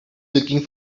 looking